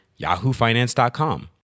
yahoofinance.com